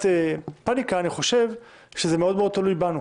ויצירת פניקה, אני חושב שזה מאוד תלוי בנו.